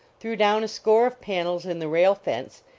threw down a score of panels in the rail fence,